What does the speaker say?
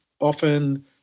often